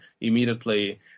immediately